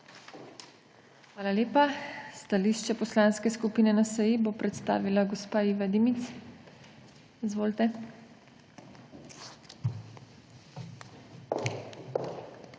Hvala lepa. Stališče Poslanske skupine NSi bo predstavila gospa Iva Dimic. Izvolite.